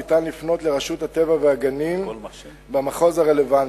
ניתן לפנות לרשות הטבע והגנים במחוז הרלוונטי.